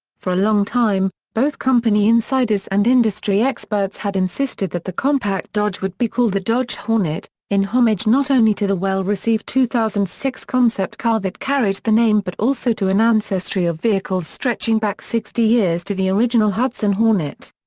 for a long time, both company insiders and industry experts had insisted that the compact dodge would be called the dodge hornet, in homage not only to the well-received two thousand and six concept car that carried the name but also to an ancestry of vehicles stretching back sixty years to the original hudson hornet.